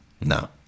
No